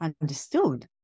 understood